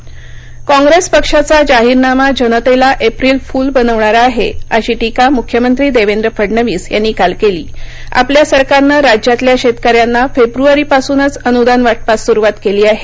टीका काँप्रेस पक्षाचा जाहीरनामा जनतेला एप्रिल फुल बनवणारा आहे अशी टीका मुख्यमंत्री देवेंद्र फडणवीस यांनी काल केली आपल्या सरकारनं राज्यातल्या शेतकऱ्यांना फेब्रुवारीपासूनच अनुदान वाटपास सुरुवात केली आहे